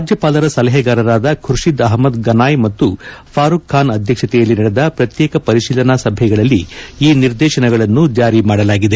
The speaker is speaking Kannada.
ರಾಜ್ಯಪಾಲರ ಸಲಹೆಗಾರರಾದ ಖುರ್ಷಿದ್ ಅಹಮದ್ ಗನಾಯ್ ಮತ್ತು ಫಾರೂಖ್ ಖಾನ್ ಅಧ್ಯಕ್ಷತೆಯಲ್ಲಿ ನಡೆದ ಪ್ರತ್ಯೇಕ ಪರಿಶೀಲನಾ ಸಭೆಗಳಲ್ಲಿ ಈ ನಿರ್ದೇಶನಗಳನ್ನು ಜಾರಿ ಮಾಡಲಾಗಿದೆ